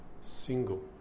Single